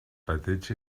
petits